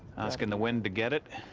asking the wind to get it.